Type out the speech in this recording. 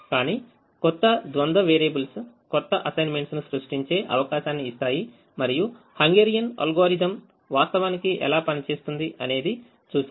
కాని క్రొత్త ద్వంద్వ వేరియబుల్స్ కొత్త అసైన్మెంట్స్ ను సృష్టించే అవకాశాన్ని ఇస్తాయి మరియు హంగేరియన్ అల్గోరిథం వాస్తవానికి ఎలా పనిచేస్తుంది అనేది చూసాము